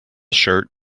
shirt